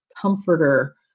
comforter